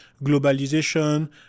globalization